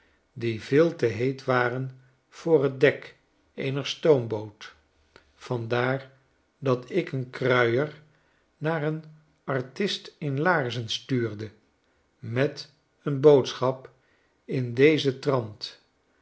die veel te heet waren voor t dek eener stoomboot vandaar dat ik een kruier naar een artist in laarzen stimrde met eenboodschap in dezen trant